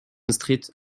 street